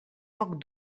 poc